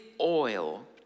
oil